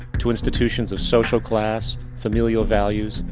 to institutions of social class, familiar values,